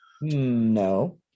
No